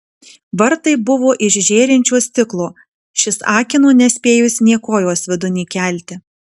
vartai buvo iš žėrinčio stiklo šis akino nespėjus nė kojos vidun įkelti